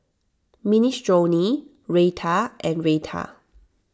Minestrone Raita and Raita